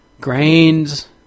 grains